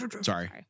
Sorry